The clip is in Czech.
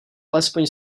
alespoň